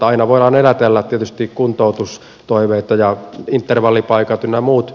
aina voidaan elätellä tietysti kuntoutustoiveita ja intervallipaikat ynnä muuta